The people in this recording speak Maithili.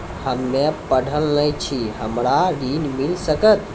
हम्मे पढ़ल न छी हमरा ऋण मिल सकत?